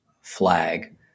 flag